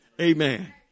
Amen